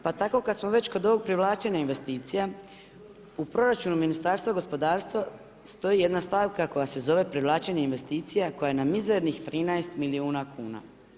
Pa tako kad smo već kod ovog privlačenja investicija u proračunu Ministarstva gospodarstva stoji jedna stavka koja se zove privlačenje investicija koja je na mizernih 13 milijuna kuna.